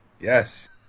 Yes